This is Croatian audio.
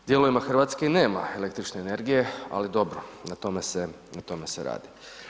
Dijelovima Hrvatske i nema električne energije ali dobro, na tome se radi.